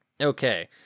Okay